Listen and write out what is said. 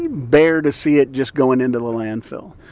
bear to see it just going into the landfill.